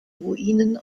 ruinen